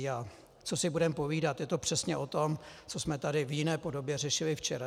A co si budeme povídat, je to přesně o tom, co jsme tady v jiné podobě řešili včera.